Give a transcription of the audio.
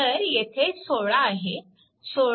तर येथे 16 आहे